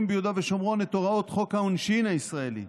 ביהודה ושומרון את הוראות חוק העונשין הישראלי.